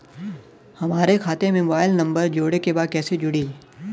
हमारे खाता मे मोबाइल नम्बर जोड़े के बा कैसे जुड़ी?